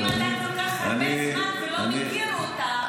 אם אתה כל כך הרבה זמן ולא מכיר אותה,